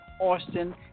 Austin